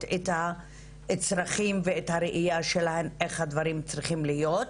את הצרכים ואת הראייה שלהן איך הדברים צריכים להיות,